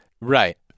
Right